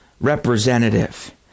representative